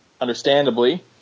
understandably